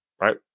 right